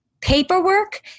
Paperwork